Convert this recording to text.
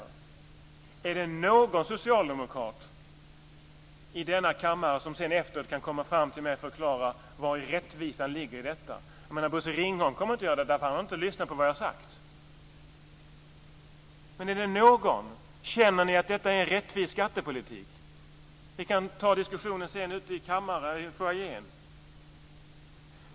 Finns det någon socialdemokrat i denna kammare som efteråt kan komma fram till mig och förklara vari rättvisan ligger i detta? Bosse Ringholm kommer ju inte att göra det, därför att han har inte lyssnat på vad jag har sagt. Finns det någon? Känner ni att detta är en rättvis skattepolitik? Vi kan ta diskussionen sedan, ute i kammarfoajén.